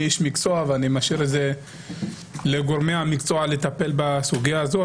איש מקצוע ואני משאיר את זה לגורמי המקצוע שיטפלו בסוגיה הזאת.